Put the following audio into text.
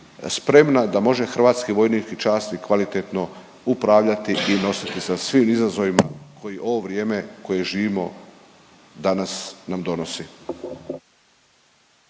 spremna da može hrvatski vojnik i časnik kvalitetno upravljati i nositi sa svim izazovima koji u ovo vrijeme koje živimo danas nam donosi.